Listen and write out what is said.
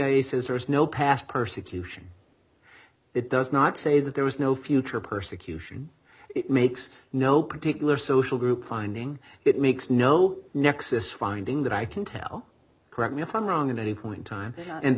says there is no past persecution it does not say that there was no future persecution it makes no particular social group finding it makes no nexus finding that i can tell correct me if i'm wrong in any one time and